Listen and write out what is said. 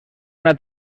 una